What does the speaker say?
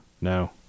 No